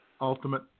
ultimate